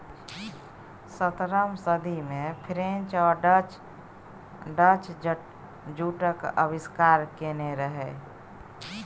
सतरहम सदी मे फ्रेंच आ डच जुटक आविष्कार केने रहय